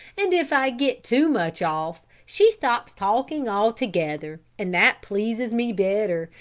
and if i get too much off she stops talking altogether and that pleases me better